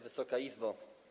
Wysoka Izbo!